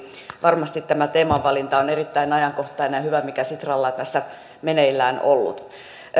varmasti tämä teemavalinta on erittäin ajankohtainen ja hyvä mikä sitralla on tässä meneillään ollut